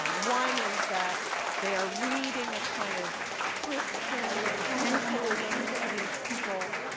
um one is that they are reading a kind of christian essentialism into these people,